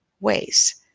ways